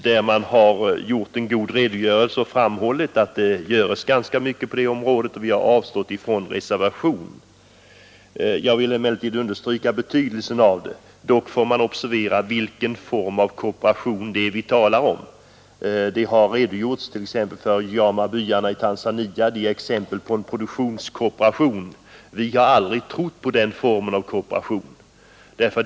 Utskottet har här en god redogörelse där det framhålls att det görs ganska mycket på detta område, och vi har avstått från att reservera oss till förmån för motionerna. Jag vill emellertid understryka betydelsen av denna del av verksamheten. Det bör dock observeras vilken form av kooperation vi talar om. Utskottet redogör t.ex. för Ujamaabyarna i Tanzania som är exempel på en produktionskooperation. Vi har aldrig trott på den formen av kooperation.